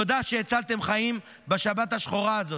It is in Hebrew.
תודה שהצלתם חיים בשבת השחורה הזאת.